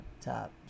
top